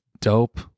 dope